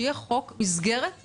שיהיה חוק מסגרת.